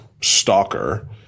stalker